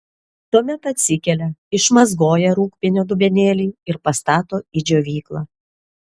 tuomet atsikelia išmazgoja rūgpienio dubenėlį ir pastato į džiovyklą